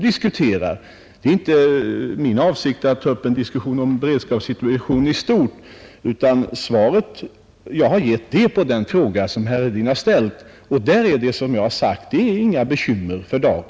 Det är inte min avsikt att ta upp en diskussion om beredskapssituationen i stort. Jag har svarat på den fråga herr Hedin har ställt, och svaret på den frågan är att det för dagen inte är några bekymmer.